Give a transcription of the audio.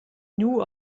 knew